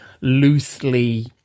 loosely